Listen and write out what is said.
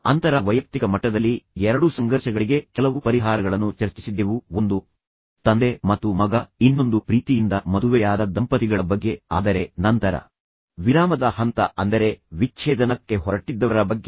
ನಾವು ಅಂತರ ವೈಯಕ್ತಿಕ ಮಟ್ಟದಲ್ಲಿ ಎರಡು ಸಂಘರ್ಷಗಳಿಗೆ ಕೆಲವು ಪರಿಹಾರಗಳನ್ನು ಚರ್ಚಿಸಿದ್ದೆವು ಒಂದು ತಂದೆ ಮತ್ತು ಮಗ ಮತ್ತು ಇನ್ನೊಂದು ಪ್ರೀತಿಯಿಂದ ಮದುವೆಯಾದ ದಂಪತಿಗಳಬಗ್ಗೆ ಆದರೆ ನಂತರ ವಿರಾಮದ ಹಂತವನ್ನು ಅಂದರೆ ವಿಚ್ಛೇದನವನ್ನು ತಲುಪಲು ಹೊರಟ್ಟಿದ್ದವರ ಬಗ್ಗೆ